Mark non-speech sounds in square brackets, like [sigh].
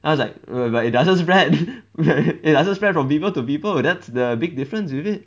then I was like err but it doesn't spread [laughs] it doesn't spread from people to people that's the big difference with it